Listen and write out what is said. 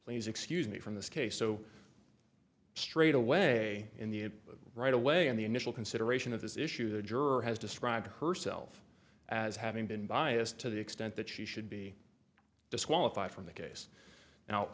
please excuse me from this case so straight away in the it right away in the initial consideration of this issue the juror has described herself as having been biased to the extent that she should be disqualified from the case now